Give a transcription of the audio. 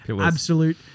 absolute